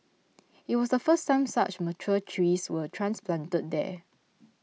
it was the first time such mature trees were transplanted there